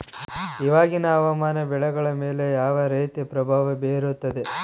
ಇವಾಗಿನ ಹವಾಮಾನ ಬೆಳೆಗಳ ಮೇಲೆ ಯಾವ ರೇತಿ ಪ್ರಭಾವ ಬೇರುತ್ತದೆ?